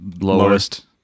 lowest